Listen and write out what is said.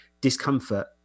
discomfort